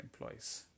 employees